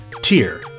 Tier